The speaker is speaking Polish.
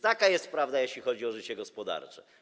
Taka jest prawda, jeśli chodzi o życie gospodarcze.